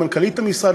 למנכ"לית המשרד,